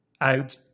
out